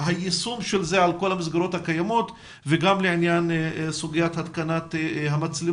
היישום שלזה על כל המסגרות הקיימות וגם לעניין סוגיית המצלמות.